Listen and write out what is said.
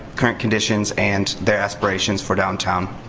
current conditions, and their aspirations for downtown.